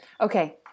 Okay